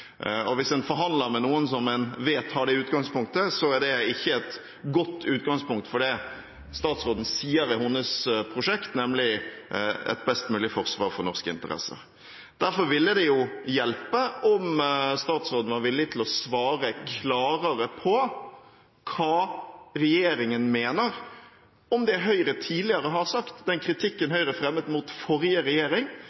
Hvis en forhandler med noen som en vet har det utgangspunktet, er det ikke et godt utgangspunkt for det statsråden sier er hennes prosjekt, nemlig et best mulig forsvar for norske interesser. Derfor ville det hjelpe om statsråden var villig til å svare klarere på hva regjeringen mener om det Høyre tidligere har sagt, og den kritikken